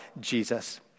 Jesus